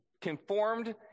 conformed